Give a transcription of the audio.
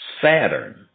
Saturn